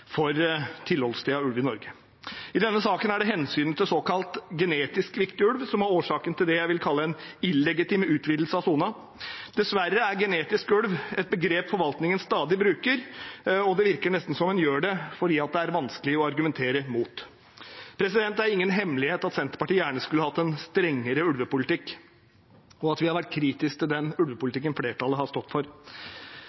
for tilholdssted av ulv i Norge. I denne saken er det hensynet til såkalt genetisk viktig ulv som er årsaken til det jeg vil kalle en illegitim utvidelse av sonen. Dessverre er «genetisk ulv» et begrep forvaltningen stadig bruker, og det virker nesten som en gjør det fordi det er vanskelig å argumentere mot. Det er ingen hemmelighet at Senterpartiet gjerne skulle hatt en strengere ulvepolitikk, og at vi har vært kritiske til den